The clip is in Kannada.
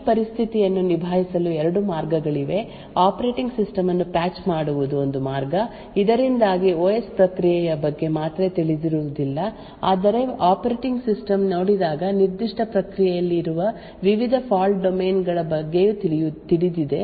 ಆದ್ದರಿಂದ ಈ ಪರಿಸ್ಥಿತಿಯನ್ನು ನಿಭಾಯಿಸಲು ಎರಡು ಮಾರ್ಗಗಳಿವೆ ಆಪರೇಟಿಂಗ್ ಸಿಸ್ಟಮ್ ಅನ್ನು ಪ್ಯಾಚ್ ಮಾಡುವುದು ಒಂದು ಮಾರ್ಗ ಇದರಿಂದಾಗಿ ಓಎಸ್ ಪ್ರಕ್ರಿಯೆಯ ಬಗ್ಗೆ ಮಾತ್ರ ತಿಳಿದಿರುವುದಿಲ್ಲ ಆದರೆ ಆಪರೇಟಿಂಗ್ ಸಿಸ್ಟಮ್ ನೋಡಿದಾಗ ನಿರ್ದಿಷ್ಟ ಪ್ರಕ್ರಿಯೆಯಲ್ಲಿ ಇರುವ ವಿವಿಧ ಫಾಲ್ಟ್ ಡೊಮೇನ್ ಗಳ ಬಗ್ಗೆಯೂ ತಿಳಿದಿದೆ